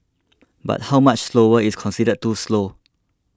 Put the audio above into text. but how much slower is considered too slow